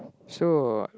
so